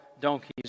Donkeys